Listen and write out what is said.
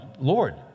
Lord